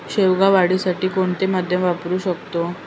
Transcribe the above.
शेवगा वाढीसाठी कोणते माध्यम वापरु शकतो?